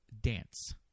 dance